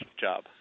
job